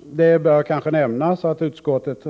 Det bör kanske nämnas att utskottet